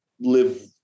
live